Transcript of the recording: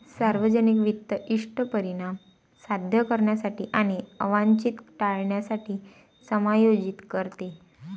सार्वजनिक वित्त इष्ट परिणाम साध्य करण्यासाठी आणि अवांछित टाळण्यासाठी समायोजित करते